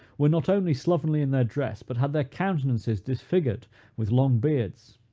were not only slovenly in their dress, but had their countenances disfigured with long beards.